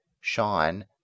sean